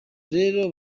rero